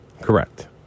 Correct